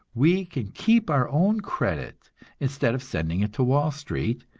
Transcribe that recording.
we can keep our own credit instead of sending it to wall street,